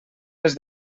les